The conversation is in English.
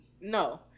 No